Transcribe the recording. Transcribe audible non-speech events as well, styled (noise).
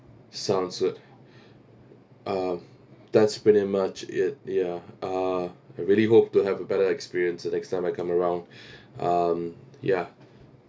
sounds good um that's pretty much it ya uh I really hope to have a better experience the next time I come around (breath) um ya